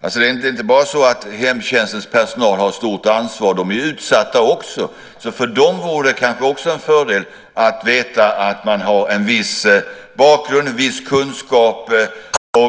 Det är inte bara så att hemtjänstens personal har stort ansvar. De är ju också utsatta. För dem vore det kanske också en fördel att veta att man har en viss bakgrund och viss kunskap